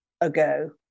ago